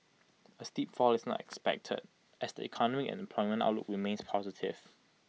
A steep fall is not expected as the economic and employment outlook remains positive